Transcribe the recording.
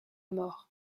mort